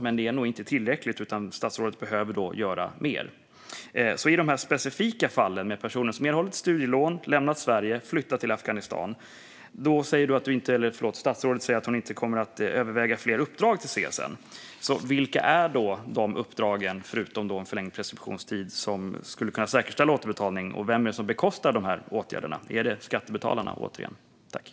Men det är inte tillräckligt, utan statsrådet behöver göra mer. Så i de specifika fallen med personer som har erhållit studielån, lämnat Sverige och sedan flyttat till Afghanistan säger statsrådet att hon inte kommer att tveka att överväga fler uppdrag till CSN. Vilka är de uppdragen, förutom förlängd preskriptionstid, som kan säkerställa återbetalning? Vem bekostar åtgärderna? Är det återigen skattebetalarna?